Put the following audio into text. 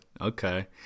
okay